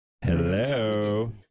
Hello